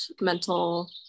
mental